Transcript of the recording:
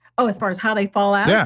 ah as far as how they fall out? yeah.